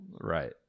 Right